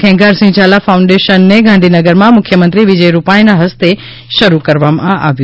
ખેગારસિંહ ઝાલા ફાઉન્ડેશનને ગાંધીનગરમાં મુખ્યમંત્રી વિજય રૂપાણીના હસ્તે શરૂ કરવામાં આવ્યું